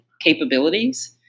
capabilities